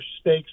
stakes